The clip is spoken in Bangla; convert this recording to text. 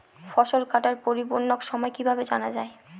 ফসল কাটার পরিপূরক সময় কিভাবে জানা যায়?